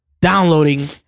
downloading